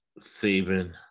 Saban